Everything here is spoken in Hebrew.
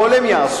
הכול הם יעשו,